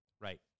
right